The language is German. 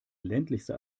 ländlichste